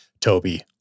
Toby